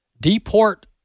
deport